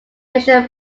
measure